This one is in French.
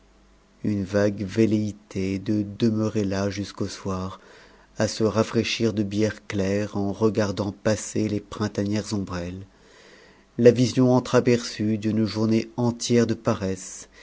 une vague velléité de demeurer là jusqu'au soir à se rafraîchir de bière claire en regardant passer les printanières ombrelles la vision entr'aperçue d'une journée entière de paresse